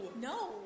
No